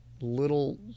little